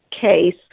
case